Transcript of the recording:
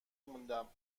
موندم